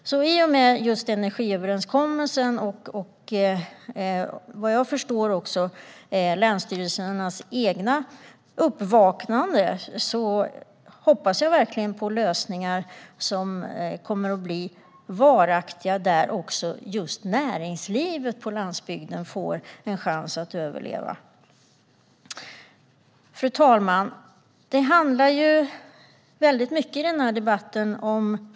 I och med energiöverenskommelsen, och vad jag förstår också länsstyrelsernas eget uppvaknande, hoppas jag verkligen på varaktiga lösningar som gör att näringslivet på landsbygden får en chans att överleva. Fru talman!